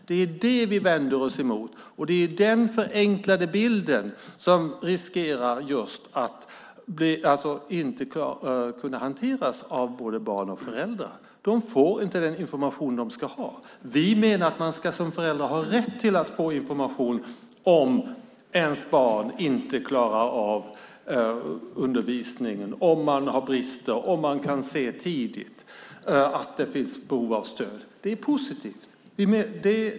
Det är det vi vänder oss emot. Det är den förenklade bilden som riskerar just att inte kunna hanteras av både barn och föräldrar. De får inte den information de ska ha. Vi menar att man som förälder ska ha rätt att få information om barnet inte klarar av undervisningen, om det finns brister eller om man tidigt kan se att det finns behov av stöd. Det är positivt.